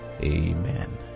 Amen